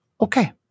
okay